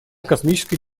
космической